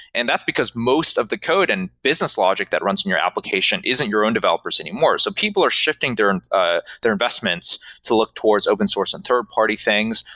and that's because most of the code and business logic that runs from your application isn't your own developers anymore. so people are shifting their and ah their investments to look towards open source and third-party things,